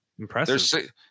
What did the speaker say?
Impressive